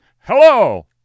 hello